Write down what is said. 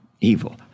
evil